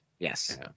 Yes